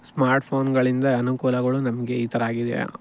ಸ್ಮಾರ್ಟ್ಫೋನ್ಗಳಿಂದ ಅನುಕೂಲಗಳು ನಮಗೆ ಈ ಥರ ಆಗಿದೆ